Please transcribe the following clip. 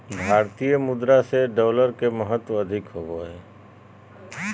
भारतीय मुद्रा से डॉलर के महत्व अधिक होबो हइ